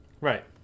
right